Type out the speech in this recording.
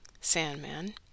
Sandman